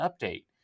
update